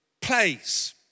place